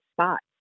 spots